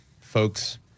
folks